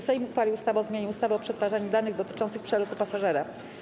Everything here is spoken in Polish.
Sejm uchwalił ustawę o zmianie ustawy o przetwarzaniu danych dotyczących przelotu pasażera.